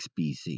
BC